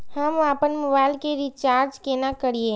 हम आपन मोबाइल के रिचार्ज केना करिए?